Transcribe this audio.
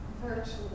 virtually